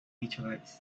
meteorites